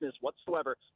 whatsoever